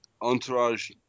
Entourage